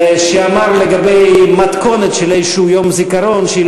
שאמר על מתכונת של איזשהו יום זיכרון שהיא